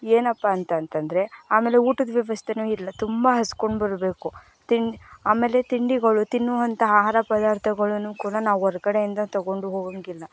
ಏನಪ್ಪಾ ಅಂತಂತಂದರೆ ಆಮೇಲೆ ಊಟದ ವ್ಯವಸ್ಥೆಯೂ ಇಲ್ಲ ತುಂಬ ಹಸ್ಕೊಂಡು ಬರಬೇಕು ತಿಂಡಿ ಆಮೇಲೆ ತಿಂಡಿಗಳು ತಿನ್ನುವಂಥ ಆಹಾರ ಪದಾರ್ಥಗಳನ್ನು ಕೂಡ ನಾವು ಹೊರ್ಗಡೆಯಿಂದ ತಗೊಂಡು ಹೋಗೋಂಗಿಲ್ಲ